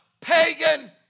pagan